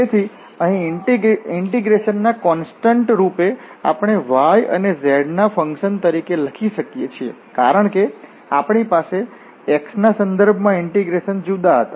તેથી અહીં ઇન્ટીગ્રેશન ના કોંસ્ટંટ રૂપે આપણે y અને z ના ફંક્શન તરીકે લખી શકીએ છીએ કારણ કે આપણી પાસે x ના સંદર્ભમાં ઇન્ટીગ્રેશન જુદા હતા